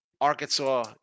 Arkansas